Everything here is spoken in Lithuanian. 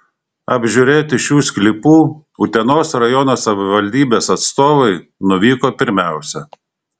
apžiūrėti šių sklypų utenos rajono savivaldybės atstovai nuvyko pirmiausia